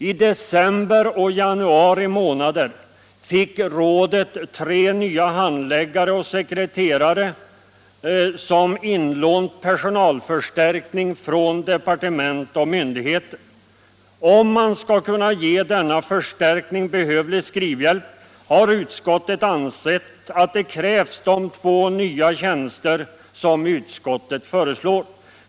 I december och januari månader fick rådet tre nya handläggare och sekreterare som inlånad personalförstärkning från departement och myndigheter. För att kunna ge denna förstärkning behövlig skrivhjälp har utskottet ansett att de två nya tjänster som utskottet föreslår krävs.